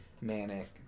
Manic